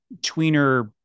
tweener